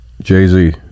Jay-Z